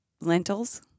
lentils